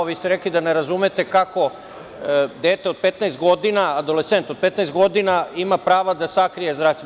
Vi ste rekli da ne razumete kako dete od 15 godina, adolescent od 15 godina ima prava da sakrije zdravstveno stanje.